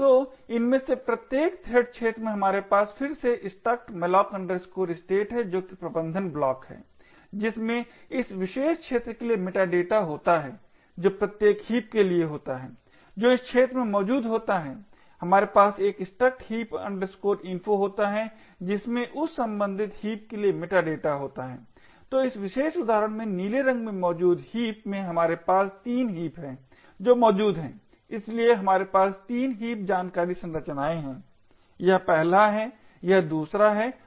तो इनमें से प्रत्येक थ्रेड क्षेत्र में हमारे पास फिर से struct malloc state है जो कि प्रबंधन ब्लॉक है जिसमें इस विशेष क्षेत्र के लिए मेटा डेटा होता है जो प्रत्येक हीप के लिए होता है जो इस क्षेत्र में मौजूद होता है हमारे पास एक struct heap info होता है जिसमें उस संबंधित हीप के लिए मेटा डेटा होता है तो इस विशेष उदाहरण में नीले रंग में मौजूद हीप में हमारे पास 3 हीप हैं जो मौजूद है इसलिए हमारे पास 3 हीप जानकारी संरचनाएं हैं यह पहला है यह दूसरा है और यह तीसरा है